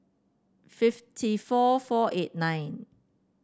fifty four four eight nine